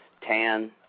Tan